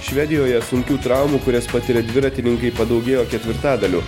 švedijoje sunkių traumų kurias patiria dviratininkai padaugėjo ketvirtadaliu